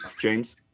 James